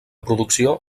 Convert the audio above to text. producció